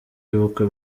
y’ubukwe